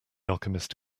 alchemist